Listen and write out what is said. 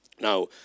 Now